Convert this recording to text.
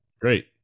great